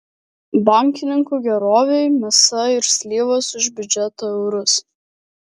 bankininkų gerovei mėsa ir slyvos už biudžeto eurus